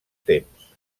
temps